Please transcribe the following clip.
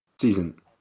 Season